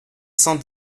cent